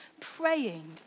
praying